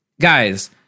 guys